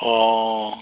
অঁ